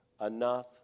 enough